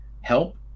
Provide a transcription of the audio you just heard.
help